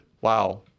Wow